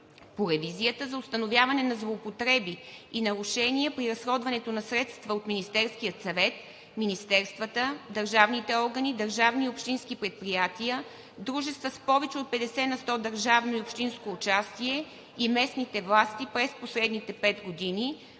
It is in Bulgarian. по ревизията за установяване на злоупотреби и нарушения при разходването на средства от Министерския съвет, министерствата, държавните органи, държавни и общински предприятия, дружества с повече от 50 на сто държавно и общинско участие и местните власти през последните 5 години.